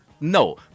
no